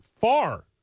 far